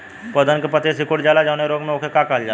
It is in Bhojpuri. पौधन के पतयी सीकुड़ जाला जवने रोग में वोके का कहल जाला?